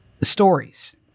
stories